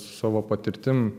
savo patirtim